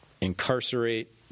incarcerate